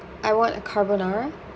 I want a carbonara